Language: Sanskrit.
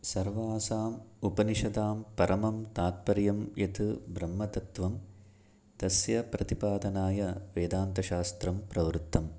सर्वासाम् उपनिषदां परमं तात्पर्यं यत् ब्रह्मतत्वं तस्य प्रतिपादनाय वेदान्तशास्त्रं प्रवृत्तं